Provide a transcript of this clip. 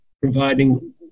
providing